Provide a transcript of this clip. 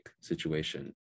situation